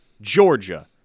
Georgia